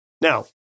Now